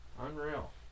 Unreal